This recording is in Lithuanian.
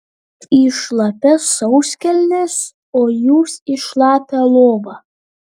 į šlapias sauskelnes o jūs į šlapią lovą